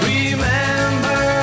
Remember